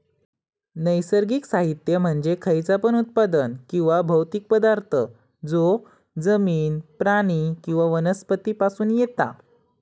नैसर्गिक साहित्य म्हणजे खयचा पण उत्पादन किंवा भौतिक पदार्थ जो जमिन, प्राणी किंवा वनस्पती पासून येता